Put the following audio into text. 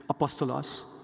apostolos